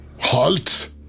Halt